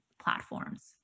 platforms